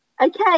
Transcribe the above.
Okay